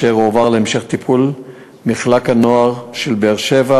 והוא הועבר להמשך טיפול במחלק הנוער בבאר-שבע.